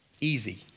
easy